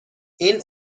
این